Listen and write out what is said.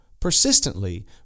persistently